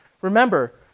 Remember